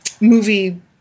movie